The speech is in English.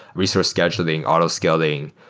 resource scheduling, auto scaling,